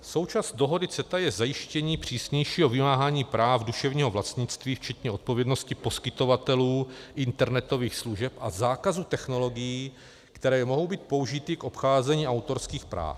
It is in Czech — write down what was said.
Součástí dohody CETA je zajištění přísnějšího vymáhání práv duševního vlastnictví včetně odpovědnosti poskytovatelů internetových služeb a zákazu technologií, které mohou být použity k obcházení autorských práv.